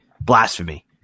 blasphemy